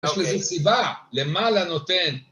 יש לזה סיבה, למעלה נותן